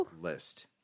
list